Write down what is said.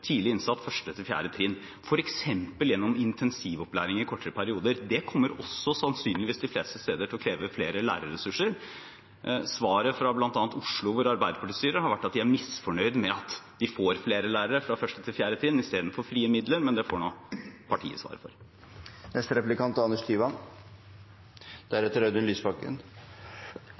tidlig innsats på 1.–4. trinn, f.eks. gjennom intensivopplæring i kortere perioder. Det kommer også sannsynligvis til å kreve flere lærerressurser de fleste steder. Svaret fra bl.a. Oslo, hvor Arbeiderpartiet styrer, har vært at de er misfornøyde med at de får flere lærere for 1.–4. trinn i stedet for frie midler, men det får partiet svare for.